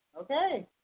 Okay